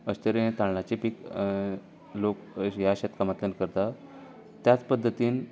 अशें तरेन हे तांदळाचे पीक लोक ह्या शेतकामांतल्यान करतात त्याच पद्दतीन